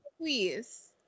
please